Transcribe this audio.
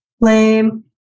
lame